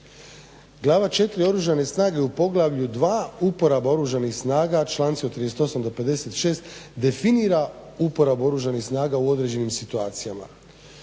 Glava 4. Oružane snage u Poglavlju 2. – Uporaba Oružanih snaga članci od 38. do 56. definira uporabu Oružanih snaga u određenim situacijama.